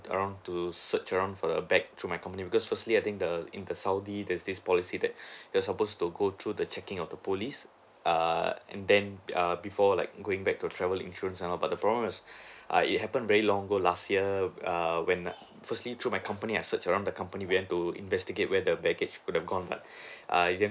around to search around for the bag through my company because firstly I think the in the saudi there's this policy that you're supposed to go through the checking out the police err and then err before like going back to a travel insurance and all but the problem is err it happened very long ago last year err when firstly through my company I search around the company went to investigate where the baggage could have gone but err ya